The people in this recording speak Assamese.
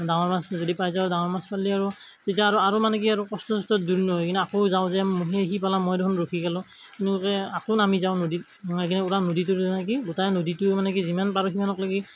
ডাঙৰ মাছটো যদি পাই যাওঁ ডাঙৰ মাছ পালে আৰু তেতিয়া আৰু আৰু মানে কি আৰু কষ্ট চষ্ট দূৰ নহয় কিন্তু আকৌ যাওঁ যে সি সি পালে মই দেখোন ৰখি গলোঁ তেনেকুৱাকৈ আকৌ নামি যাওঁ নদীত মানে কি পূৰা নদীটো মানে কি গোটেই নদীটো মানে কি যিমান পাৰো সিমানকলৈকে